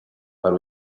para